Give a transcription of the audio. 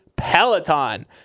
peloton